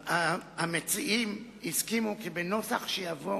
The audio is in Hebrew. המציעים הסכימו כי בנוסח שיבוא